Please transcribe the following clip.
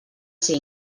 ser